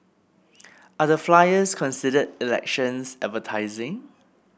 are the flyers considered elections advertising